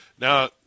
Now